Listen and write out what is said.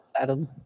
Adam